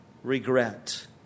regret